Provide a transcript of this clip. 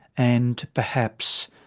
and, perhaps,